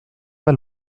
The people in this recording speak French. pas